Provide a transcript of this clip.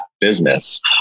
business